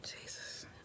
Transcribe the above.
jesus